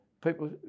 people